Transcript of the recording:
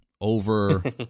over